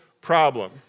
problem